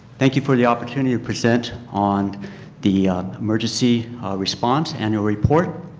thank you for the opportunity to present on the emergency response annual report.